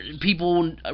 people